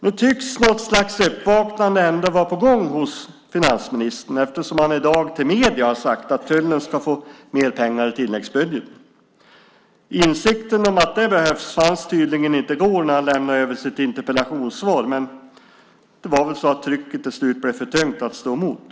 Nu tycks något slags uppvaknande ändå vara på gång hos finansministern eftersom han i dag till medierna har sagt att tullen ska få mer pengar i tilläggsbudgeten. Insikten om att det behövs fanns tydligen inte i går när han lämnade över sitt interpellationssvar, men det var väl så att trycket till slut blev för tungt att stå emot.